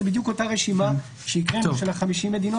זו בדיוק אותה רשימה שקראנו של 50 מדינות